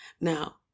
now